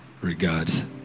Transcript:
regards